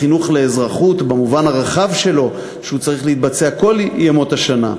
בחינוך לאזרחות במובן הרחב שלו שצריך להתבצע כל ימות השנה.